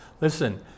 Listen